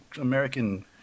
American